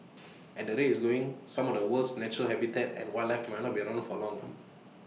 at the rate IT is going some of the world's natural habitat and wildlife might not be around for long